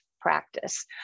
practice